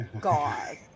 God